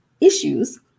issues